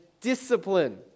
discipline